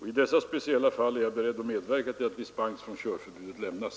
I dessa speciella fall är jag beredd medverka till att dispens från körförbudet lämnas.